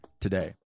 today